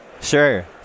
sure